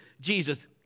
Jesus